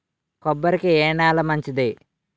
కొబ్బరి కి ఏ నేల మంచిది?